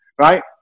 right